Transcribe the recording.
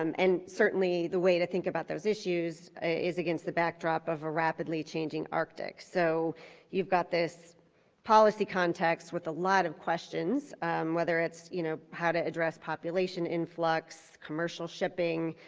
um and certainly the way to think about this issues is against the backdrop of a rapidly changing our tick. so you've got this policy context with a lot of questions whether it's you know how to address population influx, commercial shipping,